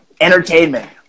Entertainment